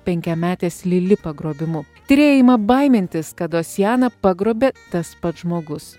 penkiametės lili pagrobimu tyrėjai ima baimintis kad osjaną pagrobė tas pats žmogus